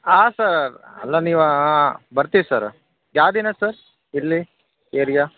ಹಾಂ ಸರ್ ಅಲ್ಲ ನೀವು ಬರ್ತೀವಿ ಸರ ಯಾವ ದಿನ ಸರ್ ಎಲ್ಲಿ ಏರಿಯಾ